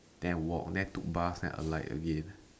then I walk then I took bus then I alight again